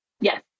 Yes